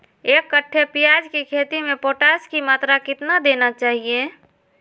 एक कट्टे प्याज की खेती में पोटास की मात्रा कितना देना चाहिए?